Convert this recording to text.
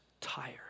tired